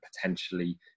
potentially